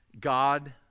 God